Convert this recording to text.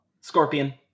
Scorpion